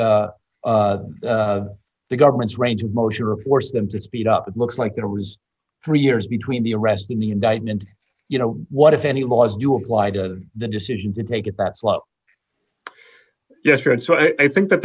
the government's range of motion or force them to speed up looks like there was three years between the arrest in the indictment you know what if any laws do apply to the decision to take it back slow yes right so i think that